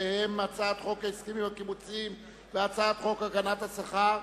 שהם הצעת חוק ההסכמים הקיבוציים והצעת חוק הגנת השכר,